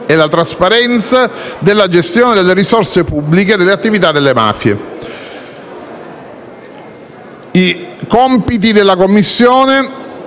e alla trasparenza della gestione delle risorse pubbliche dalle attività delle mafie. Tra i compiti della Commissione